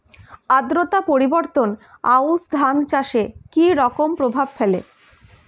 আদ্রতা পরিবর্তন আউশ ধান চাষে কি রকম প্রভাব ফেলে?